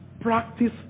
Practice